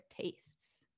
tastes